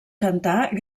cantar